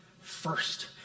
first